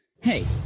hey